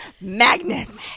magnets